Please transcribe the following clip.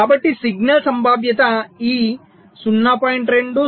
కాబట్టి సిగ్నల్ సంభావ్యత ఈ 0